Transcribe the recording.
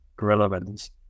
relevance